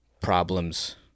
problems